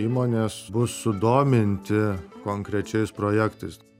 įmonės bus sudominti konkrečiais projektais